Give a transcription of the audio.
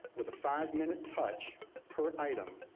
with a five minute touch per item,